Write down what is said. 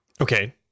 Okay